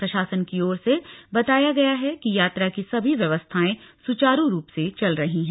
प्रशासन की ओर से बताया गया है कि यात्रा की सभी व्यवस्थाएं सुचारु रुप से चल रही हैं